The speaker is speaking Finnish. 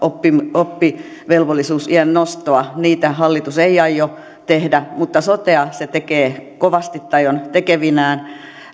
oppivelvollisuusiän nostoa hallitus ei aio tehdä mutta sotea se tekee kovasti tai on tekevinään